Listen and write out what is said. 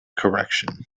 correction